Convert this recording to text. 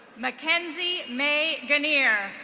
mackenzie may ganier,